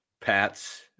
Pats